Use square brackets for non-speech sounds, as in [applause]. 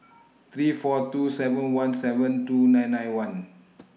[noise] three four two seven one seven two nine nine one